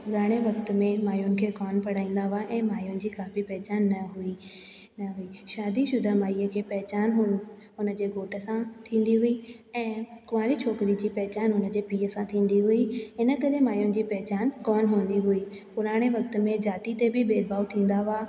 पुराणे वक्तु में माइयुनि खे कोन्ह पढ़ाईंदा हुआ ऐं माइयुनि जी का बि पहिचान न हुई न हुई शादीशुदा माईअ खे पहिचान हू उनजे घोटि सां थींदी हुई ऐं कुंवारी छोकिरी जी पहिचान हुनजे पीअ सां थींदी हुई इनकरे माइयुनि जी पहिचान कोन्ह हूंदी हुई पुराणे वक्त में जाति ते बि भेद भावु थींदा हुआ